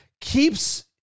keeps